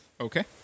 Okay